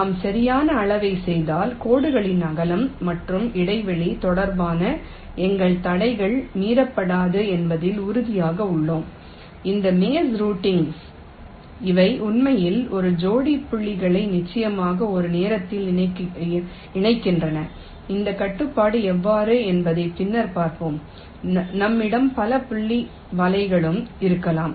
நாம் சரியான அளவைச் செய்தால் கோடுகளின் அகலம் மற்றும் இடைவெளி தொடர்பான எங்கள் தடைகள் மீறப்படாது என்பதில் உறுதியாக உள்ளோம் இந்த மேஸ் ரூட்டிங் அவை உண்மையில் ஒரு ஜோடி புள்ளிகளை நிச்சயமாக ஒரு நேரத்தில் இணைக்கின்றன இந்த கட்டுப்பாடு எவ்வாறு என்பதை பின்னர் பார்ப்போம் நம்மிடம் பல புள்ளி வலைகளும் இருக்கலாம்